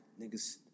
niggas